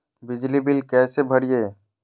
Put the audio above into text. बिजली बिल कैसे भरिए?